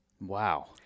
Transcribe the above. Wow